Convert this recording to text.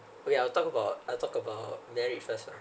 we'll talk about I talk about marriage first lah